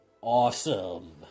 awesome